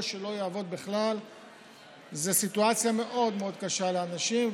שהוא לא יעבוד בכלל זו סיטואציה מאוד מאוד קשה לאנשים.